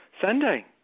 Sunday